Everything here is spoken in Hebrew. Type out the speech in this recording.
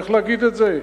איך להגיד את זה?